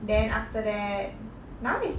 then after that now is